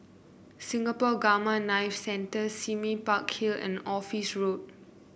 Singapore Gamma Knife Center Sime Park Hill and Office Road